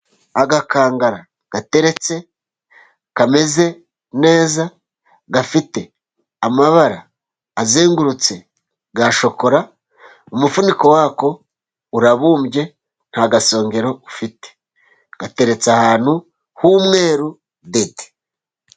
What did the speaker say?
Agakangara gateretse kameze neza, gafite amabara azengurutse ya shokora, umufuniko wako urabumbye nta gasongero ufite, gateretse ahantu h'umweru dede.